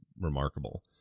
remarkable